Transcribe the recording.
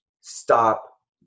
Stop